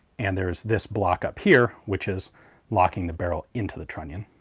and there's this block up here which is locking the barrel into the trunnion.